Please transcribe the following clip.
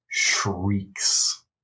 shrieks